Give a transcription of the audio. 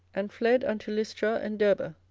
and fled unto lystra and derbe,